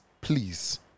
please